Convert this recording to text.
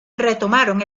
retomaron